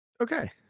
Okay